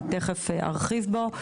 אני תכף ארחיב בו.